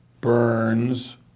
Burns